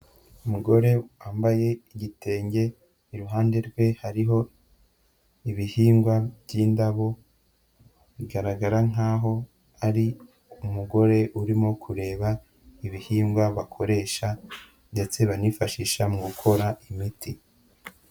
Umugore wambaye igitenge, iruhande rwe hariho ibihingwa by'indabo, bigaragara nkaho ari umugore urimo kureba ibihingwa bakoresha ndetse banifashisha mu gukora imiti.